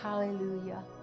Hallelujah